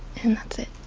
and, that's it.